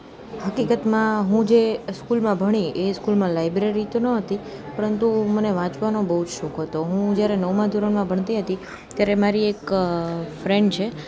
હકીકતમાં હું જે સ્કૂલમાં ભણી એ સ્કૂલમાં લાયબ્રેરી તો નોહતી પરંતુ મને વાંચવાનો બહુ જ શોખ હતો હું જ્યારે નવમા ધોરણમાં ભણતી હતી ત્યારે મારી એક ફ્રેન્ડ છે